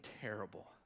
terrible